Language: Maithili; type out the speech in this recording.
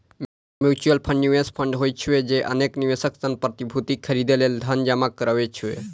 म्यूचुअल फंड निवेश फंड होइ छै, जे अनेक निवेशक सं प्रतिभूति खरीदै लेल धन जमा करै छै